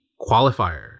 qualifier